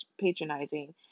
patronizing